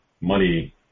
money